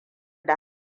da